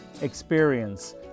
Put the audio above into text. experience